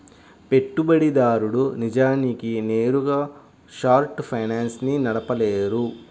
పెట్టుబడిదారుడు నిజానికి నేరుగా షార్ట్ ఫైనాన్స్ ని నడపలేడు